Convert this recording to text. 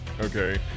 Okay